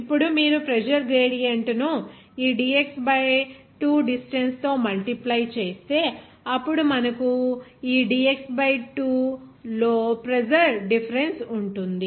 ఇప్పుడు మీరు pressure gradient ను ఈ dx బై 2 డిస్టెన్స్ తో మల్టిప్లై చేస్తే అప్పుడు మనకు ఈ dx బై 2 లో ప్రెజర్ డిఫరెన్స్ ఉంటుంది